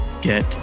get